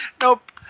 nope